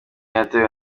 yatewe